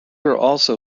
also